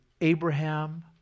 Abraham